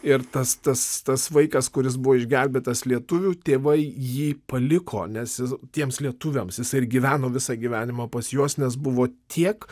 ir tas tas tas vaikas kuris buvo išgelbėtas lietuvių tėvai jį paliko nes jis tiems lietuviams jisai ir gyveno visą gyvenimą pas juos nes buvo tiek